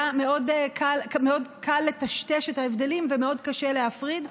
היה מאוד קל לטשטש את ההבדלים ומאוד קשה להפריד,